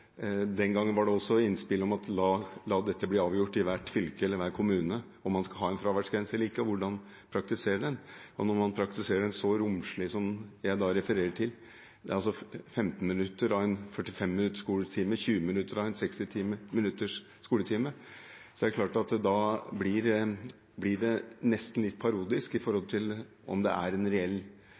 Den gangen var det også innspill som: La det bli avgjort i hvert fylke eller i hver kommune om man skal ha fraværsgrense eller ikke, og hvordan man skal praktisere den. Når man praktiserer den så romslig som det jeg refererer til, altså 15 minutter av en 45 minutters skoletime og 20 minutter av en 60 minutters skoletime, blir det nesten litt parodisk med hensyn til om det oppfattes som om fraværsgrensen fører til